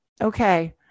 Okay